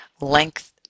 length